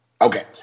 Okay